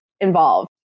involved